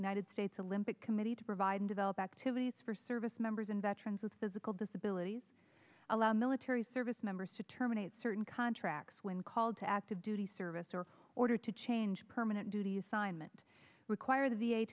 united states a limpet committee to provide and develop activities for service members and veterans with physical disabilities allow military service members to terminate certain contracts when called to active duty service or order to change permanent duties signed meant require the v